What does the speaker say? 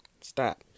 Stop